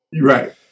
Right